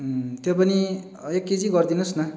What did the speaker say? त्यो पनि एक केजी गरिदिनु होस् न